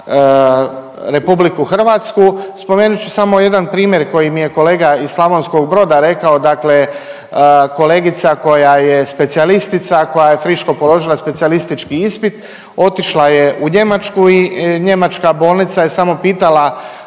na RH. Spomenut ću samo jedan primjer koji mi je kolega iz Slavonskog Broda rekao, dakle kolegica koja je specijalistica koja je friško položila specijalistički ispit otišla je u Njemačku i njemačka bolnica je samo pitala